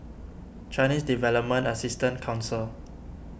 Chinese Development Assistance Council